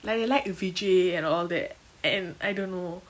like they like vijay and all that and I don't know